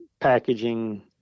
packaging